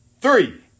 Three